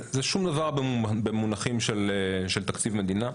זה שום דבר במונחים של תקציב מדינה,